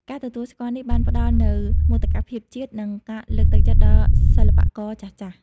ការទទួលស្គាល់នេះបានផ្តល់នូវ មោទកភាពជាតិ និងការលើកទឹកចិត្តដល់សិល្បករចាស់ៗ។